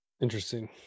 Interesting